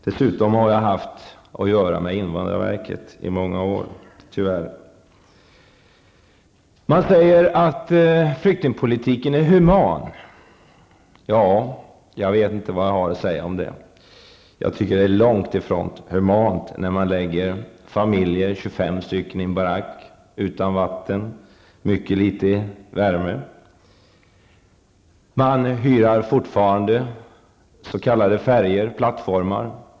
Dessutom har jag haft att göra med invandrarverket i många år -- tyvärr. Man säger att flyktingpolitiken är human. Ja, jag vet inte vad jag har att säga om det. Jag tycker det är långt ifrån humant när man förlägger 25 familjer i en barack utan vatten och med mycket liten värme. Man hyr fortfarande färjor, plattformar.